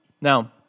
Now